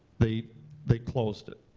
they they closed it.